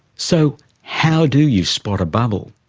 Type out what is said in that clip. so how do you spot a bubble?